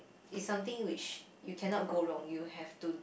is something which you cannot go wrong you have to